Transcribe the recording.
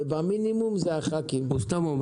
ובמינימום, זה חברי הכנסת.